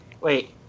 Wait